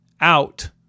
out